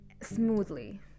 Smoothly